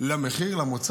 למחיר המוצר?